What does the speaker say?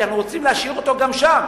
כי אנחנו רוצים להשאיר אותו שם.